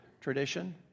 tradition